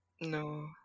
no